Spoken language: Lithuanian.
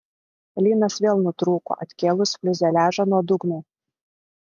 lynas vėl nutrūko atkėlus fiuzeliažą nuo dugno